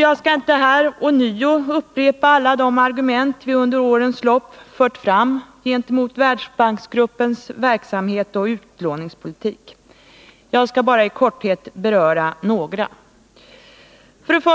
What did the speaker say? Jag skall inte här upprepa alla de argument vi under årens lopp fört fram gentemot Världsbanksgruppens verksamhet och utlåningspolitik; jag skall bara i korthet beröra några. 1.